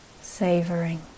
savoring